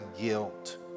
guilt